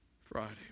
Friday